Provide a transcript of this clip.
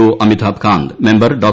O Amitabh Kant member Dr